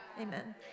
Amen